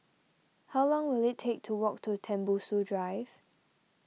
how long will it take to walk to Tembusu Drive